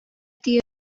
тиеш